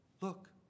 look